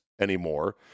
anymore